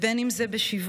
בין אם זה בשבעות,